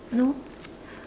uh no